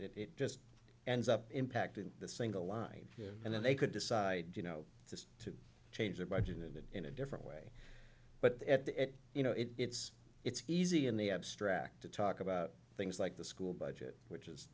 that it just ends up impacting the single line and then they could decide you know to change their budget it in a different way but at the end you know it's it's it's easy in the abstract to talk about things like the school budget which is